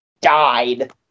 died